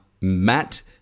Matt